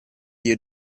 you